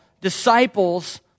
disciples